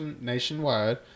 nationwide